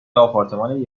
آپارتمان